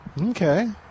Okay